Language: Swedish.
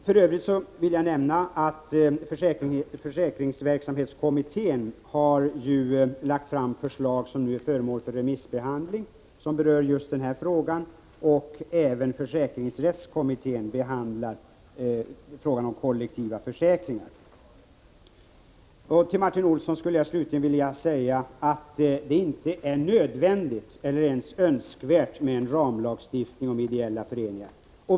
För övrigt vill jag nämna att försäkringsverksamhetskommittén har lagt fram förslag, som nu är föremål för remissbehandling och som rör just denna fråga. Även försäkringsrättskommittén behandlar vissa frågor om kollektiva försäkringar. Till Martin Olsson skulle jag slutligen vilja säga att det inte är nödvändigt eller ens önskvärt med en ramlagstiftning om ideella föreningar.